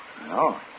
No